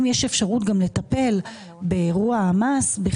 אם יש אפשרות גם לטפל באירוע המס זה,